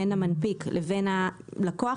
בין המנפיק לבין הלקוח,